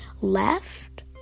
left